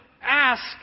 ask